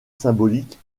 symbolique